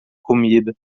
comida